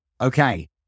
Okay